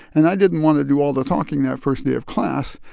and i didn't want to do all the talking that first day of class,